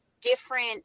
different